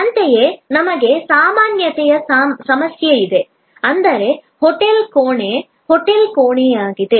ಅಂತೆಯೇ ನಮಗೆ ಸಾಮಾನ್ಯತೆಯ ಸಮಸ್ಯೆ ಇದೆ ಅಂದರೆ ಹೋಟೆಲ್ ಕೋಣೆ ಹೋಟೆಲ್ ಕೋಣೆಯಾಗಿದೆ